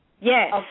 Yes